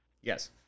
Yes